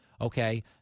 Okay